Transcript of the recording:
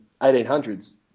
1800s